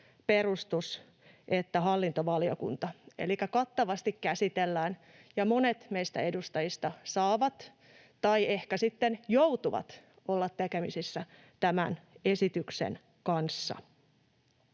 perustus- että hallintovaliokunta, elikkä kattavasti käsitellään, ja monet meistä edustajista saavat olla tai ehkä sitten joutuvat olemaan tekemisissä tämän esityksen kanssa.